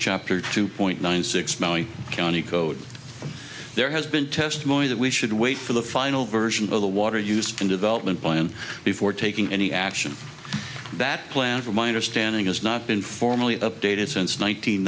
chapter two point one six million county code there has been testimony that we should wait for the final version of the water used in development plan before taking any action that plan for my understanding has not been formally updated since